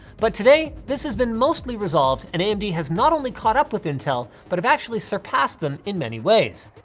but today this has been mostly resolved and amd has not only caught up with intel, but have actually surpassed them in many ways.